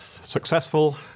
successful